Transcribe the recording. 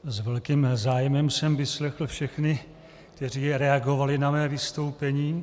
S velkým zájmem jsem vyslechl všechny, kteří reagovali na mé vystoupení.